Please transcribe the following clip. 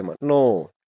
no